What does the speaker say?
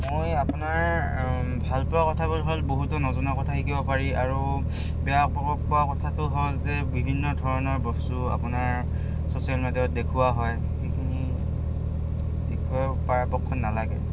মই আপোনাৰ ভালপোৱা কথাবোৰ হ'ল বহুতো নজনা কথা শিকিব পাৰি আৰু বেয়া প পোৱা কথাটো হ'ল যে বিভিন্ন ধৰণৰ বস্তু আপোনাৰ ছ'চিয়েল মেডিয়াত দেখুৱা হয় সেইখিনি দেখুৱা পৰাপক্ষত নালাগে